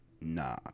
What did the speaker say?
Nah